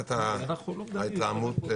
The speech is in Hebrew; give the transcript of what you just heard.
תחת ההתלהמות.